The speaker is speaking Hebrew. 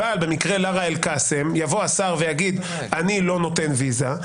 אבל במקרה לארה אל-קאסם יבוא השר ויגיד: אני לא נותן ויזה,